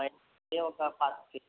ఒక